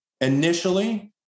Initially